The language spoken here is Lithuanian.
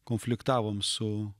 konfliktavome su